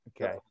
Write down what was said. okay